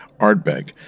Ardbeg